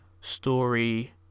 story